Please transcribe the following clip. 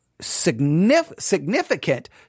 significant